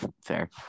Fair